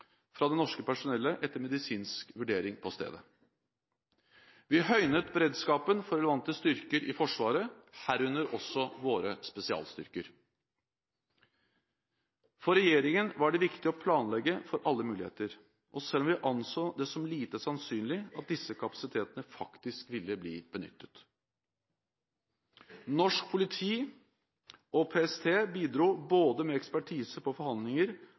fra det norske personellet etter medisinsk vurdering på stedet. Vi høynet beredskapen for relevante styrker i Forsvaret, herunder også våre spesialstyrker. For regjeringen var det viktig å planlegge for alle muligheter, selv om vi anså det som lite sannsynlig at disse kapasitetene faktisk ville bli benyttet. Norsk politi og PST bidro med ekspertise på både forhandlinger